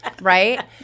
Right